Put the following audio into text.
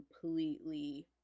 completely